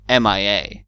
MIA